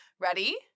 Ready